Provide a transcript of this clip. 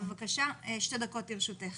בבקשה, שתי דקות לרשותך.